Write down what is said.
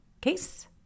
Case